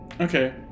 Okay